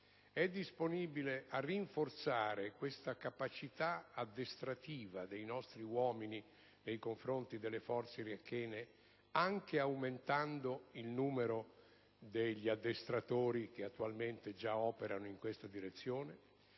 è disponibile a rinforzare la capacità addestrativa dei nostri uomini nei confronti delle forze afgane, anche aumentando il numero degli addestratori che già operano in questa direzione